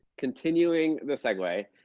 continuing the segue.